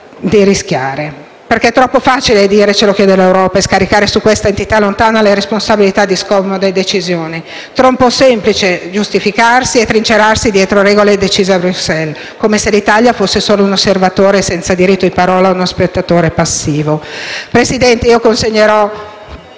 di rischiare. È troppo facile dire che ce lo chiede l'Europa e scaricare su questa entità lontana le responsabilità di scomode decisioni. Troppo semplice giustificarsi e trincerarsi dietro regole decise a Bruxelles, come se l'Italia fosse solo un osservatore senza diritto di parola o uno spettatore passivo. Signor Presidente, chiedo di consegnare